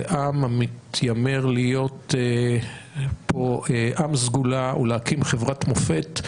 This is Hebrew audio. לעם המתיימר להיות עם סגולה ולהקים חברת מופת.